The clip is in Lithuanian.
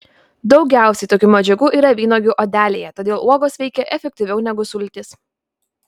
daugiausiai tokių medžiagų yra vynuogių odelėje todėl uogos veikia efektyviau negu sultys